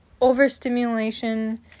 overstimulation